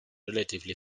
relatively